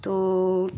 तो